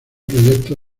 proyecto